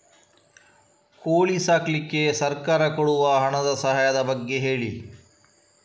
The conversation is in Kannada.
ಕೋಳಿ ಸಾಕ್ಲಿಕ್ಕೆ ಸರ್ಕಾರ ಕೊಡುವ ಹಣದ ಸಹಾಯದ ಬಗ್ಗೆ ಹೇಳಿ